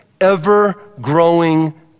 ever-growing